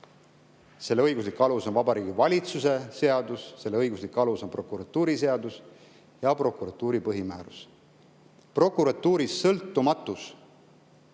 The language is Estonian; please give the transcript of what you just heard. Selle õiguslik alus on Vabariigi Valitsuse seadus, selle õiguslik alus on prokuratuuriseadus ja prokuratuuri põhimäärus. Prokuratuuri sõltumatus